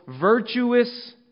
virtuous